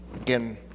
Again